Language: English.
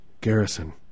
Garrison